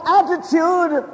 attitude